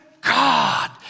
God